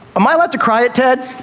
am i allowed to cry at ted?